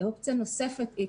אופציה נוספת היא